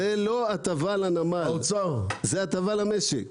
זאת לא הטבה לנמל, זאת הטבה למשק.